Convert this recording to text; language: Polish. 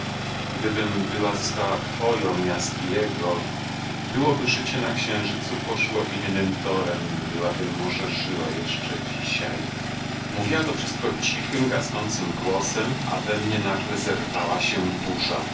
gdybym była została twoją miast jego byłoby życie na księżycu poszło innym torem byłabym może żyła jeszcze dzisiaj mówiła to wszystko cichym gasnącym głosem a we mnie nagle zerwała się burza